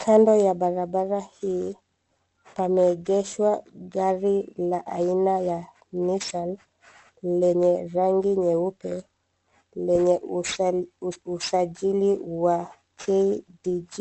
Kando ya barabara hii, pameegeshwa gari la aina ya Nissan, lenye rangi nyeupe, lenye usajili wa KDG